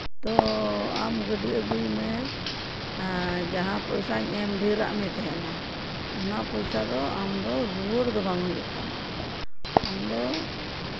ᱛᱚ ᱟᱢ ᱜᱟᱹᱰᱤ ᱟᱹᱜᱩᱭ ᱢᱮ ᱟᱨ ᱡᱟᱦᱟᱸ ᱯᱚᱭᱥᱟᱧ ᱮᱢ ᱰᱷᱮᱨ ᱟᱜ ᱢᱮ ᱛᱟᱦᱮᱱᱟ ᱚᱱᱟ ᱯᱚᱭᱥᱟ ᱫᱚ ᱟᱢᱫᱚ ᱨᱩᱣᱟᱹᱲ ᱫᱚ ᱵᱟᱝ ᱦᱩᱭᱩᱜ ᱛᱟᱢᱟ ᱟᱢᱫᱚ